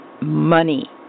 money